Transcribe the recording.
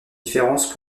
différences